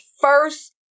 first